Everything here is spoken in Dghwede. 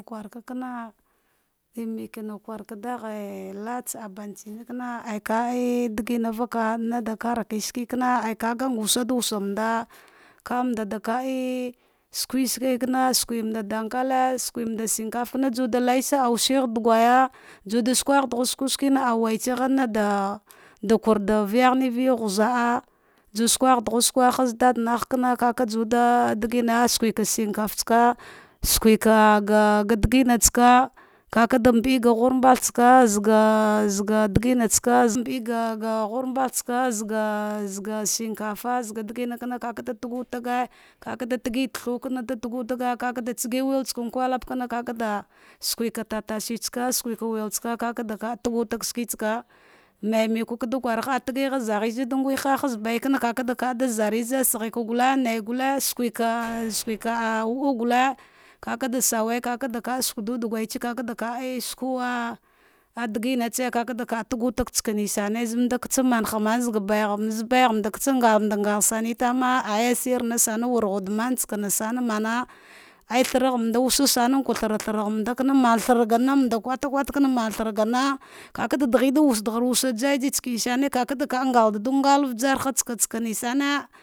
Kwarka kana tanke latse ambancina kana aka te digina vaka nada kareve sve kam wusedu wu sumanda kamada da ka ei suke sue kana sukemark durkada sukemanda skakatakana juwa da la yesagha ah wuse da gwaya diwa da sughah darghu sukwa suena wai au tsaghe, nada kurda vaghane ciya ghiza'a ja skwagh dugh sukwa haz dada nad kana kakadaw da digina, suke shika flsaka sakeka ga digniatsa, kakada nbardi ga ghumba tsaka zaza zadingsa mbed gaga ghumba tsaka zazaga shinkafa qadigimakana kaka tagutaqi, kakada tiqi da ghwa kana, ka ta gu taqi, vavade tsage thawe kada dawutafe ka tsagiwel tsaka mb kwlbakana saka tatasnitsake sukeka weltsaka kaka taqutaq shintsaka nu niku ka thara ha, ah tighe zahina da nguhe a baika ka zari zadi nghehe, sagheka gute naigte suka ah wuɗa gule, kakada sawaya keda sudu dugwatse, vavada a elsuwa digmatsu kada ka tagutaga sakatsa sekasame azmandta male ama zahg baiyamandta baighambeda tsa ghindar ngala aye shirna sane wurghar wude da mana tsa nasan mana ei tharapbma thar thra man thara ganamanda kwata kwata kaza, mand thanga na karka was dargha wasa jiji tsakane sare, kada ka ngadudu ngala ugarhatsaka tsakne sane.